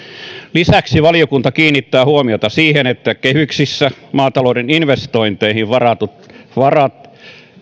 lisäksi valiokunta kiinnittää huomiota siihen että kehyksissä maatalouden investointeihin varatut varat